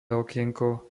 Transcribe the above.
okienko